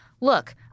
look